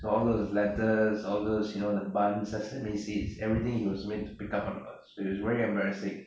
all those lettuce all those you know the bun sesame seeds everything he was made to pick up on the bus so it was very embarrassing